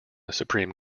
supreme